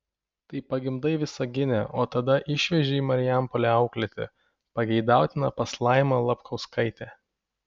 tai pagimdai visagine o tada išveži į marijampolę auklėti pageidautina pas laimą lapkauskaitę